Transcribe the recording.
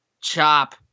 chop